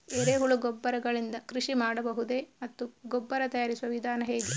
ಎರೆಹುಳು ಗೊಬ್ಬರ ಗಳಿಂದ ಕೃಷಿ ಮಾಡಬಹುದೇ ಮತ್ತು ಗೊಬ್ಬರ ತಯಾರಿಸುವ ವಿಧಾನ ಹೇಗೆ?